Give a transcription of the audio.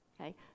okay